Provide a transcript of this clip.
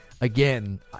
again